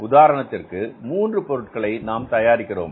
உதாரணத்திற்கு மூன்று பொருட்களை நாம் தயாரிக்கிறோம்